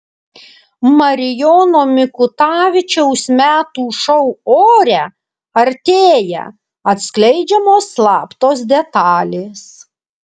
marijono mikutavičiaus metų šou ore artėja atskleidžiamos slaptos detalės